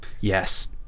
Yes